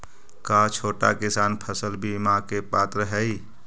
का छोटा किसान फसल बीमा के पात्र हई?